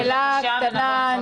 הכול נכון,